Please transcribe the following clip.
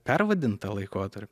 pervadint tą laikotarpį